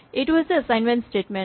এইটো হৈছে assignment statement